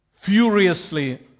furiously